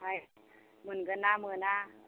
ओमफ्राय मोनगोन ना मोना